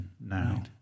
now